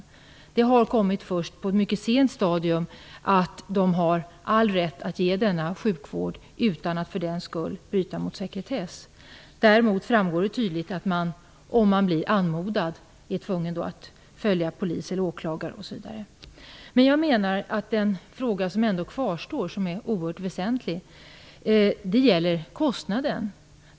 Först på ett mycket sent stadium har det kommit besked om att personalen har all rätt att ge denna sjukvård utan att för den skull bryta mot sekretessen. Däremot framgår det tydligt att man, om man blir anmodad, är tvungen att lämna ut uppgifter till polis och åklagare. Den fråga som är oerhört väsentlig och som kvarstår gäller kostnaden.